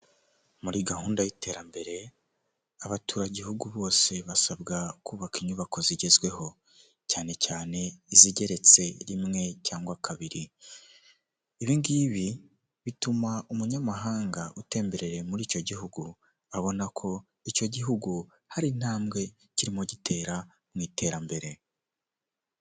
Muri gahunda y'iterambere, abaturagihugu bose basabwa kubaka inyubako zigezweho, cyane cyane izigeretse, rimwe cyangwa kabiri, ibi ngibi bituma umunyamahanga utembereye muri icyo gihugu, abona ko, icyo gihugu hari intambwe kirimo gitera mu iterambere.